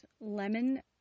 lemon